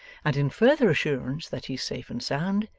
and in further assurance that he's safe and sound,